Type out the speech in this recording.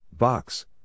Box